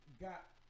got